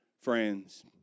Friends